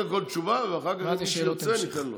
קודם כול תשובה, ואחר כך מי שירצה, ניתן לו,